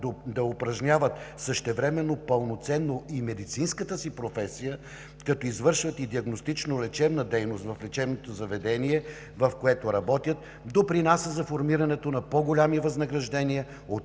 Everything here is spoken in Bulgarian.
да упражняват същевременно пълноценно и медицинската си професия, като извършват и диагностично-лечебна дейност в лечебното заведение, в което работят, допринася за формирането на по-големи възнаграждения